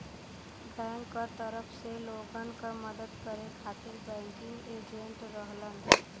bank क तरफ से लोगन क मदद करे खातिर बैंकिंग एजेंट रहलन